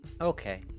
Okay